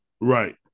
right